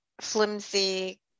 flimsy